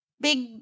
big